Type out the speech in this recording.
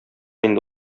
инде